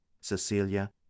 Cecilia